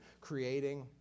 Creating